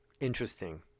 Interesting